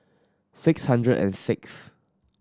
six hundred and sixth